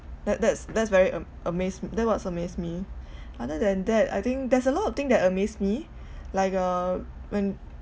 that that's that's very a~ amazed that what's amaze me other than that I think there's a lot of thing that amazed me like uh when